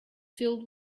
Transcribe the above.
filled